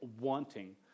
wanting